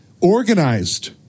Organized